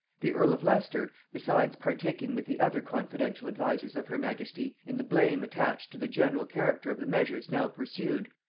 the earl of leicester, besides partaking with the other confidential advisers of her majesty in the blame attached to the general character of the measures now pursued,